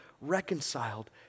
reconciled